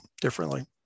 differently